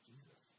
Jesus